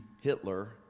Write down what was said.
Hitler